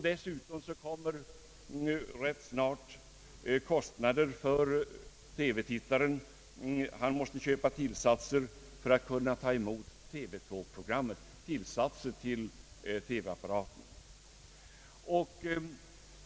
Dessutom kommer fort nog ytterligare kostnader för TV-tittaren — han måste köpa tillsatser till TV-apparaten för att kunna ta emot TV-2-programmet.